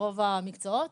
ברוב המקצועות.